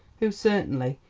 who certainly,